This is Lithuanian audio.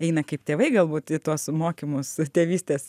eina kaip tėvai galbūt į tuos mokymus tėvystės